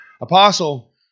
Apostle